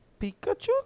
Pikachu